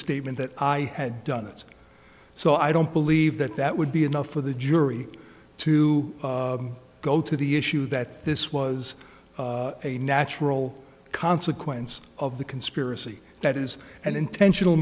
statement that i had done it so i don't believe that that would be enough for the jury to go to the issue that this was a natural consequence of the conspiracy that is an intentional